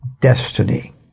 destiny